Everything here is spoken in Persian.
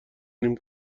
نیم